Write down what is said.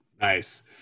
Nice